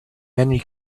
many